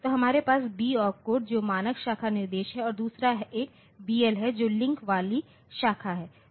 तो हमारे पास B ओपकोड जो मानक शाखा निर्देश है और दूसरा एक BL है जो लिंक वाली शाखा है